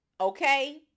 okay